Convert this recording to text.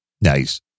Nice